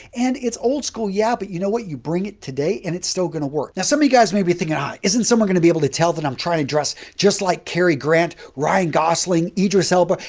and it's old school, yeah, but you know what? you bring it today and it's still going to work. now, some of you guys may be thinking, right, ah isn't someone going to be able to tell that i'm trying to dress just like carrie grant, ryan gosling, idris elba?